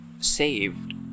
saved